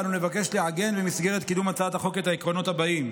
במסגרת קידום הצעת החוק אנו נבקש לעגן ביו היתר את העקרונות הבאים: